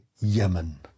Yemen